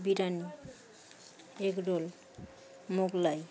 biryani egg roll Mughlai